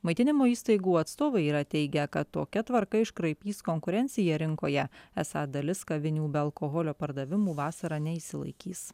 maitinimo įstaigų atstovai yra teigę kad tokia tvarka iškraipys konkurenciją rinkoje esą dalis kavinių be alkoholio pardavimų vasarą neišsilaikys